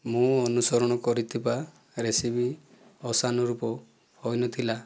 ମୁଁ ଅନୁସରଣ କରିଥିବା ରେସିପି ଆଶାନୁରୂପ ହୋଇନଥିଲା